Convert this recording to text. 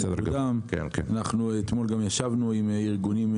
אנחנו אתמול ישבנו גם עם ארגונים,